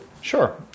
Sure